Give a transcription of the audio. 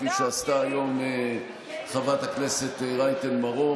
כפי שעשתה היום חברת הכנסת רייטן מרום,